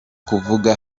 kuvuga